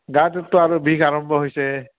গাটোততো আৰু বিষ আৰম্ভ হৈছে